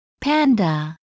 panda